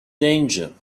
danger